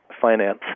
finance